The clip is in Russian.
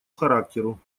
характеру